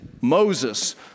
Moses